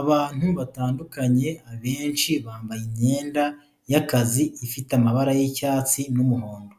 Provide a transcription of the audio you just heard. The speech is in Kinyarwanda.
Abantu batandukanye abenshi bambaye imyenda y'akazi ifite amabara y'icyatsi n'umuhondo,